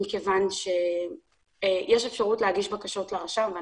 מכיוון שיש אפשרות להגיש בקשות לרשם באופן מקוון,